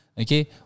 okay